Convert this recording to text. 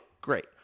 Great